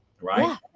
right